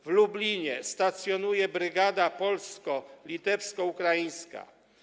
W Lublinie stacjonuje brygada polsko-litewsko-ukraińska.